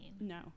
No